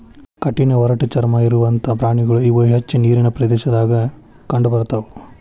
ಕಠಿಣ ಒರಟ ಚರ್ಮಾ ಹೊಂದಿರುವಂತಾ ಪ್ರಾಣಿಗಳು ಇವ ಹೆಚ್ಚ ನೇರಿನ ಪ್ರದೇಶದಾಗ ಕಂಡಬರತಾವ